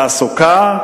השני, התעסוקה,